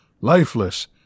lifeless